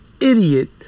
Idiot